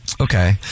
Okay